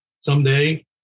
someday